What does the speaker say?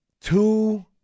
two